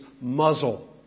muzzle